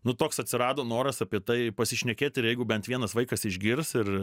nu toks atsirado noras apie tai pasišnekėt ir jeigu bent vienas vaikas išgirs ir